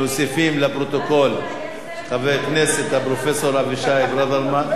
מוסיפים לפרוטוקול את חבר הכנסת פרופסור אבישי ברוורמן,